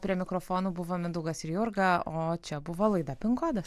prie mikrofonų buvo mindaugas ir jurga o čia buvo laida pin kodas